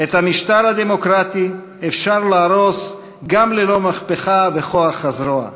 "את המשטר הדמוקרטי אפשר להרוס גם ללא מהפכה וכוח הזרוע",